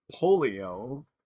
polio